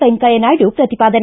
ವೆಂಕಯ್ಯ ನಾಯ್ಡು ಪ್ರತಿಪಾದನೆ